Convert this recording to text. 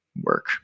work